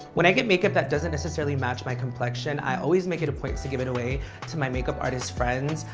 when i get makeup that doesn't necessarily match my complexion, i always make it a point to give it away to my makeup artist friends.